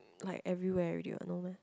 like everywhere already what no meh